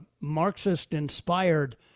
Marxist-inspired